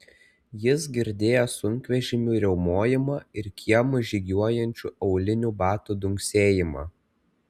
jis girdėjo sunkvežimių riaumojimą ir kiemu žygiuojančių aulinių batų dunksėjimą